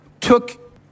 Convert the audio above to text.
took